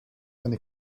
eine